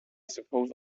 suppose